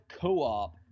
co-op